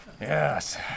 Yes